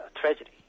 tragedy